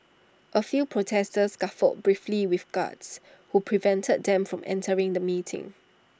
A few protesters scuffled briefly with guards who prevented them from entering the meeting